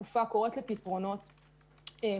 אני פותח את ישיבת הוועדה,